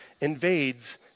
invades